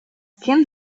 kind